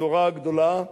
הבשורה הגדולה,